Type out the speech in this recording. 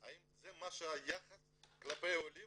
האם זה היחס כלפי העולים